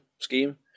scheme